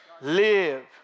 Live